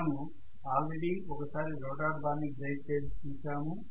మనము ఆల్రెడీ ఒకసారి rotor bar ని బ్రేక్ చేసి చూసాము